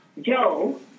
Joe